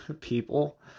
people